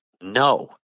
no